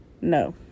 No